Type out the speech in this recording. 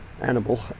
animal